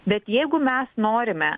bet jeigu mes norime